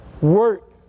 work